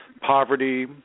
poverty